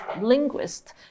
linguist